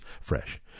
fresh